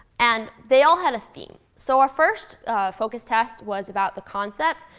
and they all had a theme. so our first focus test was about the concept,